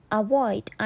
avoid